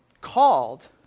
called